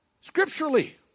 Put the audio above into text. scripturally